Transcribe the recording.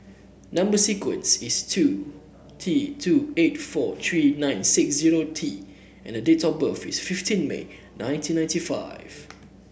number sequence is two T two eight four three nine six zero T and the date of birth is fifteen May nineteen ninety five